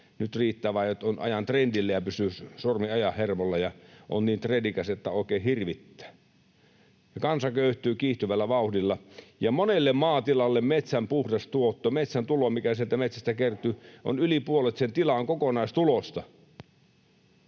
Nyt riittää vain, että on ajan trendillä ja pysyy sormi ajan hermolla ja on niin trendikäs, että oikein hirvittää. Kansa köyhtyy kiihtyvällä vauhdilla. Monelle maatilalle metsän puhdas tuotto, metsän tulo, mikä sieltä metsästä kertyy, on yli puolet sen tilan kokonaistulosta.